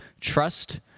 trust